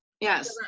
yes